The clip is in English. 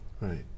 Right